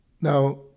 Now